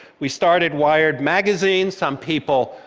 we started wired magazine. some people,